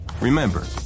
Remember